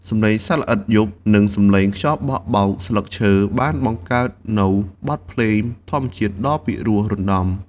សំឡេងសត្វល្អិតយប់ និងសំឡេងខ្យល់បក់បោកស្លឹកឈើ បានបង្កើតនូវបទភ្លេងធម្មជាតិដ៏ពិរោះរណ្តំ។